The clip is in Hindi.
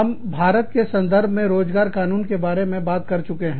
हम भारत के संदर्भ में रोजगार कानून के बारे में बात कर चुके हैं